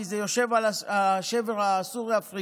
כי זה יושב על השבר הסורי-אפריקאי,